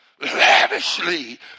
lavishly